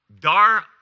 Dar